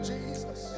Jesus